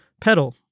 pedal